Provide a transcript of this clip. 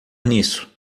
nisso